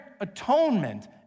atonement